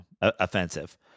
Offensive